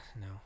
no